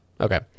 okay